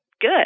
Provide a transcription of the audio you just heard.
good